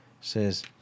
says